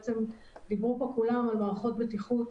דיברו פה כולם על מערכות בטיחות